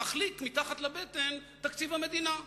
מחליק מתחת לבטן תקציב המדינה.